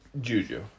Juju